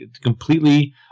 completely